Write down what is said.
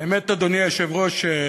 האמת, אדוני היושב-ראש,